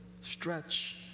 stretch